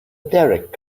derek